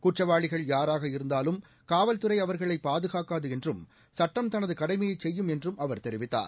குற்றவாளிகள் யாராக இருந்தாலும் காவல்துறை அவா்களை பாதுகாக்காது என்றும் சட்டம் தனது கடமையை செய்யும் என்றும் அவர் தெரிவித்தார்